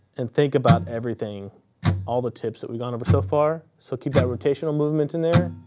and think about everything all the tips that we've gone over so far. so keep that rotational movement in there.